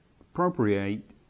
appropriate